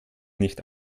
nicht